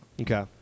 Okay